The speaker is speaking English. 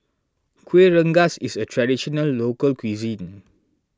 Kueh Rengas is a Traditional Local Cuisine